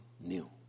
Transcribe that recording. new